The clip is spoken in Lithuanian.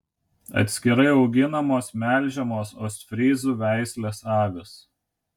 atskirai auginamos melžiamos ostfryzų veislės avys